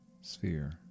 sphere